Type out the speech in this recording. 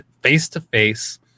face-to-face